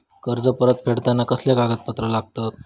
कर्ज परत फेडताना कसले कागदपत्र लागतत?